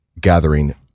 gathering